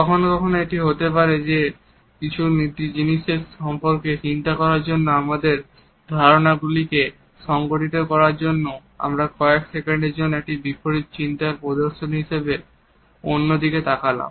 কখনো কখনো এটি হতে পারে যে কিছু জিনিসের সম্পর্কে চিন্তা করার জন্য বা আমাদের ধারণা গুলি কে সংগঠিত করার জন্য আমরা কয়েক সেকেন্ডের জন্য একটি বিপরীত চিন্তার প্রদর্শন হিসেবে অন্য দিকে তাকালাম